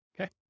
okay